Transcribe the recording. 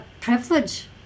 privilege